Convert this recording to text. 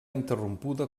interrompuda